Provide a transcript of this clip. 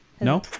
No